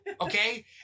okay